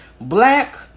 black